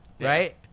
right